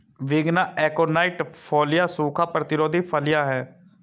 विग्ना aconitifolia सूखा प्रतिरोधी फलियां हैं